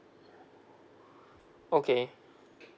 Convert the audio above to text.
okay